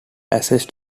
assets